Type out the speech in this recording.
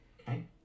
Okay